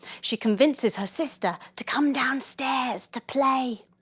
she convinces her sister to come downstairs to play.